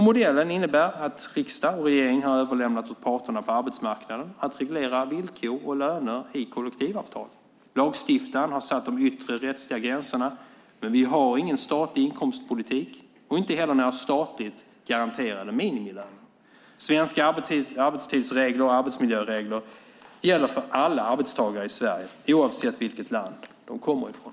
Modellen innebär att riksdag och regering har överlämnat åt parterna på arbetsmarknaden att reglera villkor och löner i kollektivavtal. Lagstiftaren har satt de yttre rättsliga gränserna, men vi har ingen statlig inkomstpolitik och inte heller några statligt garanterade minimilöner. Svenska arbetstidsregler och arbetsmiljöregler gäller för alla arbetstagare i Sverige oavsett vilket land de kommer från.